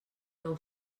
nou